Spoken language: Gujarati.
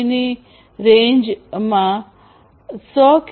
ની રેન્જમાં 100 કે